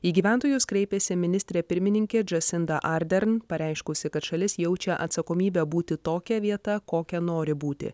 į gyventojus kreipėsi ministrė pirmininkė džasinda ardern pareiškusi kad šalis jaučia atsakomybę būti tokia vieta kokia nori būti